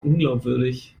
unglaubwürdig